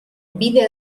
bide